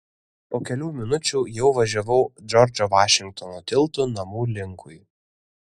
po kelių minučių jau važiavau džordžo vašingtono tiltu namų linkui